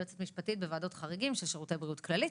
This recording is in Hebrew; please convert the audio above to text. יועצת משפטית בוועדות חריגים של שירותי בריאות כללית,